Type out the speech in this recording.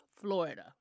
Florida